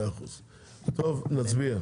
טוב נצביע.